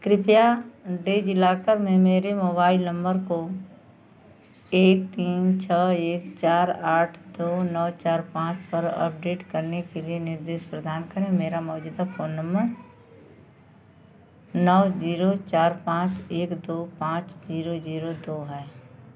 कृपया डिजिलॉकर में मेरे मोबाइल नंबर को एक तीन छः एक चार आठ दो नौ चार पाँच पर अपडेट करने के लिए निर्देश प्रदान करें मेरा मौजूदा फ़ोन नंबर नौ जीरो चार पाँच एक दो पाँच जीरो जीरो दो है